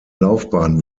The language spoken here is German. laufbahn